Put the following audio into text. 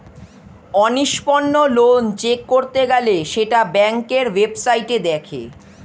অনিষ্পন্ন loan check করতে গেলে সেটা ব্যাংকের ওয়েবসাইটে দেখে